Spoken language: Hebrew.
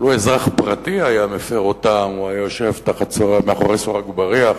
שלו הפר אותם אזרח פרטי הוא היה יושב מאחורי סורג ובריח